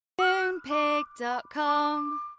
Moonpig.com